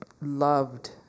loved